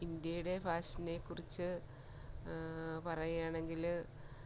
ഇന്ത്യയുടെ ഫാഷനെക്കുറിച്ച് പറയുകയാണെങ്കിൽ